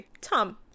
Tom